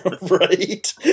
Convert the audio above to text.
Right